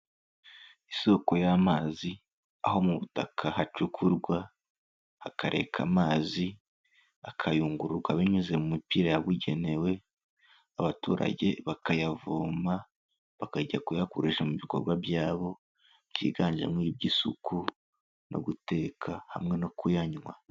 Isoko y'amazi, aho mu butaka hacukurwa hakareka amazi, akayungururwa binyuze mu mupira yabugenewe, abaturage bakayavoma bakajya kuyakoresha mu bikorwa byabo, byiganjemo iby'isuku no guteka hamwe no kuyanywa.